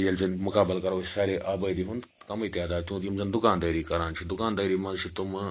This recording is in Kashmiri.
ییٚلہِ زن مَقابل کرو أسۍ سارے آبٲدی ہُنٛد کَمٕے تعداد تِہُنٛد یِم زَن دُکاندٲری کَران چھِ دُکاندٲری منٛز چھِ تِمہٕ